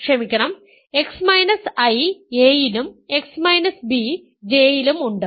ക്ഷമിക്കണം x I a ലും x b J യിലും ഉണ്ട്